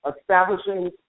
establishing